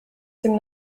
dem